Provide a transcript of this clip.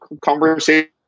conversation